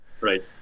Right